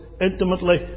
intimately